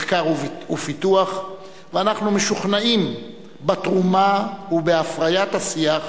מחקר ופיתוח ואנחנו משוכנעים בתרומה ובהפריית השיח,